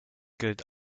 gilt